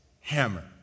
Hammer